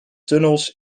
tunnels